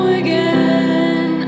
again